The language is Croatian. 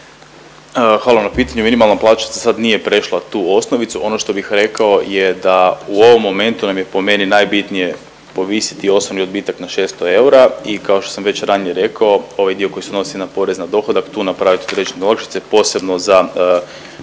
Hvala na pitanju. Minimalna plaća za sad nije prešla tu osnovicu. Ono što bih rekao je da u ovom momentu nam je po meni najbitnije povisiti osobni odbitak na 600 eura. I kao što sam već ranije rekao ovaj dio koji se odnosi na porez na dohodak tu napravit određene …/Govornik se ne